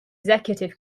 extensive